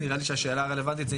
נראה לי שהשאלה הרלוונטית היא,